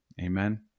amen